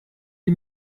die